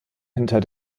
hinter